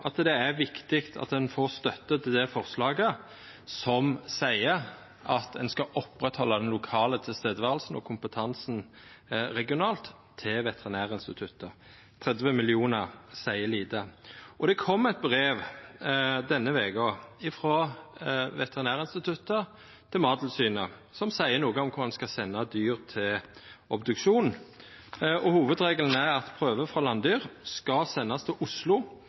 at det er viktig at ein får støtte til det forslaget som seier at ein skal halda oppe det lokale nærværet og den lokale kompetansen regionalt til Veterinærinstituttet – 30 mill. kr seier lite. Denne veka kom det eit brev frå Veterinærinstituttet til Mattilsynet som seier noko om kor ein skal senda dyr til obduksjon. Hovudregelen er at prøver frå landdyr skal sendast til Oslo,